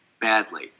badly